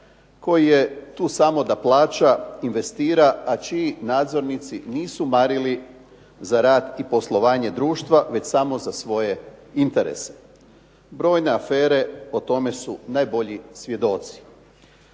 koji je tu samo da plaća, investira, a čiji nadzornici nisu marili za rad i poslovanje društva, već samo za svoje interese. Brojne afere po tome su najbolji svjedoci.